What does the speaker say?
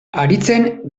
haritzen